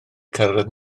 cyrraedd